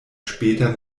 später